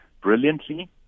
brilliantly